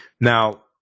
Now